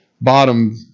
bottom